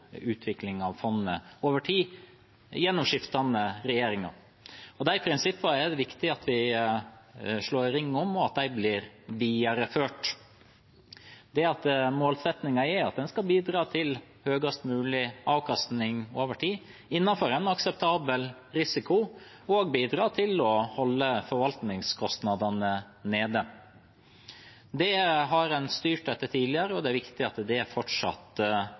utvikling av fondet over tid, gjennom skiftende regjeringer. De prinsippene er det viktig at vi slår ring om, og at de blir videreført. Målsettingen er at man skal bidra til høyest mulig avkastning over tid innenfor en akseptabel risiko og bidra til å holde forvaltningskostnadene nede. Det har man styrt etter tidligere, og det er viktig at det fortsatt